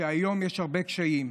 שהיום יש הרבה קשיים,